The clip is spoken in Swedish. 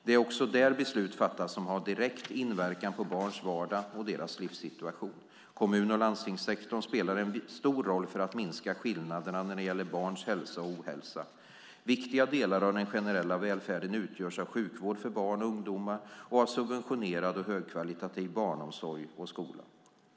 Det är också där beslut fattas som har direkt inverkan på barns vardag och deras livssituation. Kommun och landstingssektorn spelar en stor roll för att minska skillnaderna när det gäller barns hälsa och ohälsa. Viktiga delar av den generella välfärden utgörs av sjukvård för barn och ungdomar och av subventionerad och högkvalitativ barnomsorg och skola.